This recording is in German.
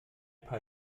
paar